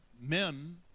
men